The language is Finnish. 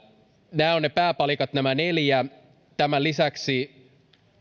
nämä neljä ovat ne pääpalikat tämän lisäksi